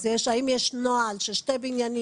אז האם יש נוהל ששתי בניינים,